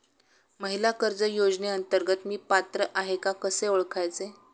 महिला कर्ज योजनेअंतर्गत मी पात्र आहे का कसे ओळखायचे?